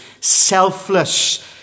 selfless